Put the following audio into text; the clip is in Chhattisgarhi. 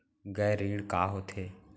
गैर ऋण का होथे?